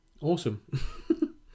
awesome